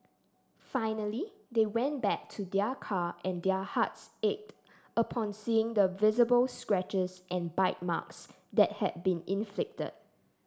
finally they went back to their car and their hearts ached upon seeing the visible scratches and bite marks that had been inflicted